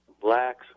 blacks